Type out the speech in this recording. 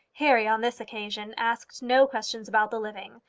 harry on this occasion asked no question about the living,